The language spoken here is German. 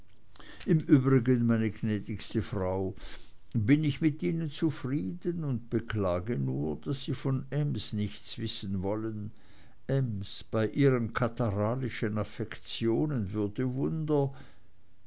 im übrigen meine gnädigste frau bin ich mit ihnen zufrieden und beklage nur daß sie von ems nichts wissen wollen ems bei ihren katarrhalischen affektionen würde wunder